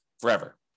forever